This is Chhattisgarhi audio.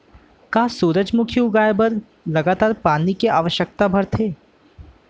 का सूरजमुखी उगाए बर लगातार पानी के आवश्यकता भरथे?